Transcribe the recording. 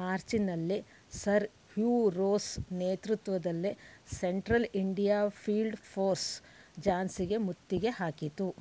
ಮಾರ್ಚ್ನಲ್ಲಿ Sir Hugh Rose ನೇತೃತ್ವದಲ್ಲಿ Central India Field Force ಝಾನ್ಸಿಗೆ ಮುತ್ತಿಗೆ ಹಾಕಿತು